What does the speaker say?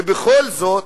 ובכל זאת,